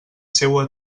seua